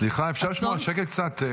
סליחה, אפשר לשמור על שקט קצת?